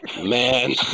man